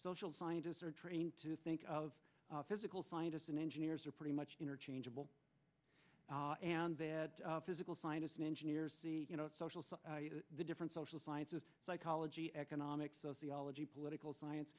social scientists are trained to think of physical scientists and engineers are pretty much interchangeable and the physical scientists and engineers you know social the different social sciences psychology economics sociology political science